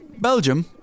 Belgium